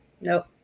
Nope